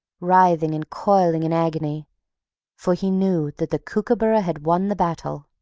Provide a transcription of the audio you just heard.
writhing and coiling in agony for he knew that the kookooburra had won the battle.